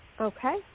Okay